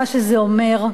מה שזה אומר,